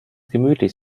gemütlich